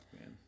man